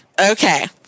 Okay